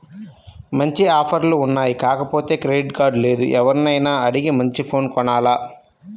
మంచి ఆఫర్లు ఉన్నాయి కాకపోతే క్రెడిట్ కార్డు లేదు, ఎవర్నైనా అడిగి మంచి ఫోను కొనాల